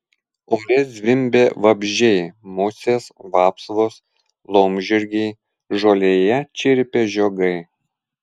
ore zvimbė vabzdžiai musės vapsvos laumžirgiai žolėje čirpė žiogai